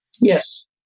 Yes